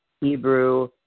Hebrew